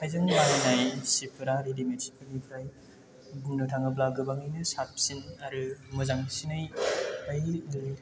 आखाइजों बानायनाय सिफोरा रेडिमेदफोरनिफ्राय बुंनो थाङोब्ला गोबाङैनो साबसिन आरो मोजांसिनै थायो जेरै